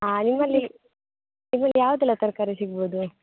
ಆ ನಿಮ್ಮಲ್ಲಿ ಇನ್ನೂ ಯಾವುದೆಲ್ಲ ತರಕಾರಿ ಸಿಗ್ಬೋದು